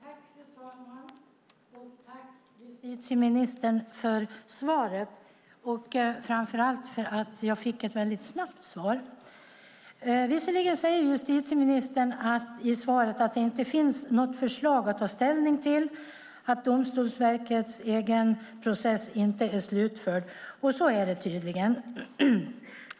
Fru talman! Tack, justitieministern för svaret, framför allt för att jag fick ett mycket snabbt svar! Justitieministern säger i svaret att det inte finns något förslag att ta ställning till, att Domstolsverkets egen process inte är slutförd. Så är det tydligen.